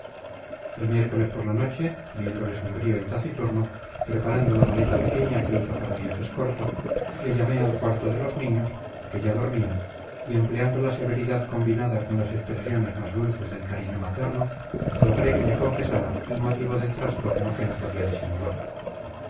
el miércoles por la noche viéndole sombrío y taciturno preparando la maleta pequeña que usa para viajes cortos le llamé al cuarto de los niños que ya dormían y empleando la severidad combinada con las expresiones más dulces del cariño materno logré que me confesara el motivo del trastorno que no podía disimular